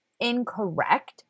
incorrect